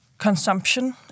Consumption